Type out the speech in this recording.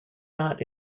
not